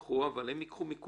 ייקחו, אבל הם ייקחו מכולם.